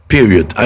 Period